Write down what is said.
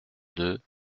deux